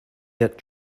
yet